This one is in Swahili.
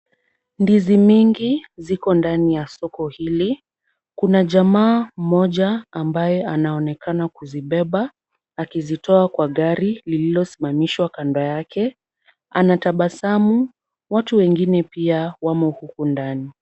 Ndizi mingi ziko ndani ya soko hili. Kuna jamaa mmoja ambaye anaonekana kuzibeba akizitoa kwa gari lililosimamishwa kando yake, anatabasamu. Watu wengine pia wamo huku ndani.